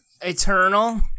Eternal